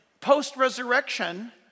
post-resurrection